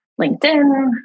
LinkedIn